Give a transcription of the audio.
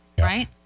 right